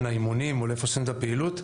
האימונים או לאיפה שעושים את הפעילות,